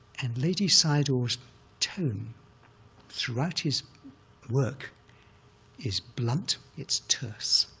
and ledi sayadaw's tone throughout his work is blunt. it's terse.